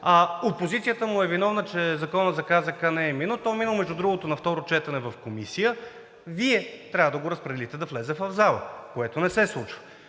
опозицията му е виновна, че законът за КЗК не е минал. Той е минал, между другото, на второ четене в Комисията. Вие трябва да го разпределите да влезе в залата, което не се случва.